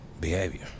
behavior